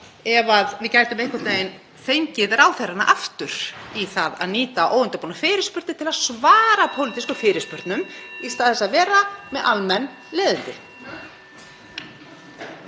ef við gætum einhvern veginn fengið ráðherrana aftur í það að nýta óundirbúnar fyrirspurnir til að svara pólitískum fyrirspurnum í stað þess að vera með almenn leiðindi.